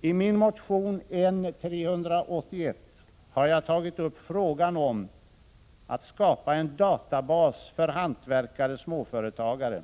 I min motion, 1986/87:N383, har jag tagit upp frågan om att skapa en databas för hantverkare-småföretagare.